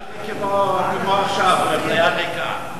כמו עכשיו, מליאה ריקה.